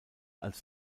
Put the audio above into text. als